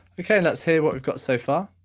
okay, and let's hear what we've got so far.